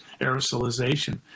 aerosolization